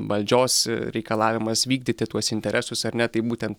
valdžios reikalavimas vykdyti tuos interesus ar ne tai būtent